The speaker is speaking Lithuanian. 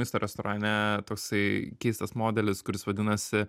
maisto restorane toksai keistas modelis kuris vadinasi